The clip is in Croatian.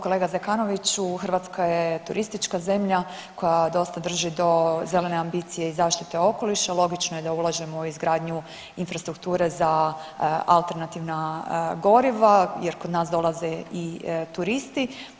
Kolega Zekanoviću, Hrvatska je turistička zemlja koja dosta drži do zelene ambicije i zaštite okoliša, logično je da ulažemo u izgradnju infrastrukture za alternativna goriva jer kod nas dolaze i turisti.